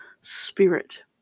spirit